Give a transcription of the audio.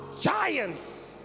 giants